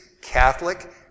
Catholic